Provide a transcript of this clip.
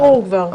אין לי זמן לזה.